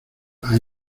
hay